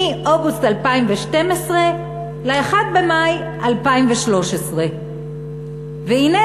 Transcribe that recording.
מאוגוסט 2012 ל-1 במאי 2013. והנה,